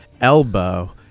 elbow